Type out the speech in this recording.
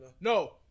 no